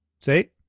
say